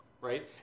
right